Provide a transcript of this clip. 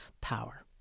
power